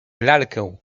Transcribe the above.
lalkę